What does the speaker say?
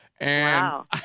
Wow